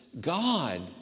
God